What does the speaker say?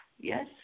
yes